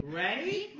ready